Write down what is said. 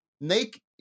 naked